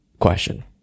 question